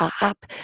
up